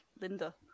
Linda